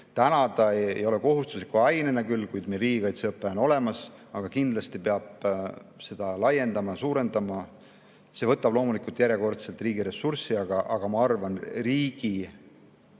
Täna see ei ole kohustuslik aine, kuid riigikaitseõpe on olemas. Kindlasti peab seda laiendama, suurendama. See võtab loomulikult järjekordselt riigi ressurssi, aga ma arvan, et riigi